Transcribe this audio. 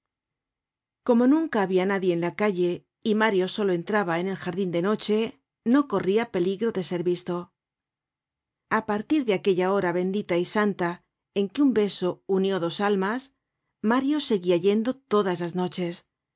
como nunca habia nadie en la calle y mario solo entraba en el jardin de noche no corria peligro de ser visto a partir de aquella hora bendita y santa en que un beso unió dos almas mario seguia yendo todas las noches